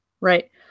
right